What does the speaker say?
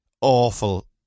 awful